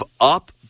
up